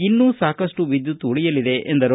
ಇನ್ನು ಸಾಕಷ್ಟು ವಿದ್ಯುತ್ ಉಳಿಯಲಿದೆ ಎಂದರು